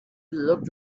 looked